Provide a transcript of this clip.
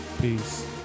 Peace